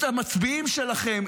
את המצביעים שלכם,